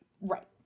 Right